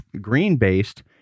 green-based